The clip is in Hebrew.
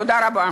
תודה רבה.